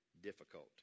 difficult